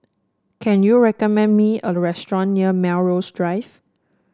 can you recommend me a restaurant near Melrose Drive